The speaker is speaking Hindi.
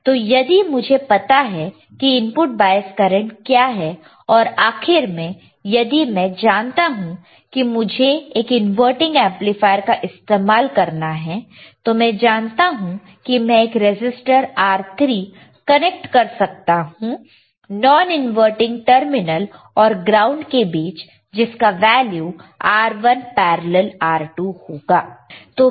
तो यदि मुझे पता हो कि इनपुट बॉयस करंट क्या है और आखिर में यदि मैं जानता हूं कि मुझे एक इनवर्टिंग एमप्लीफायर का इस्तेमाल करना है तो मैं जानता हूं कि मैं एक रजिस्टर R3 कनेक्ट कर सकता हूं नॉन इनवर्टिंग टर्मिनल और ग्राउंड के बीच जिसका वैल्यू R1 पैरेलल R2 होगा